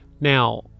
now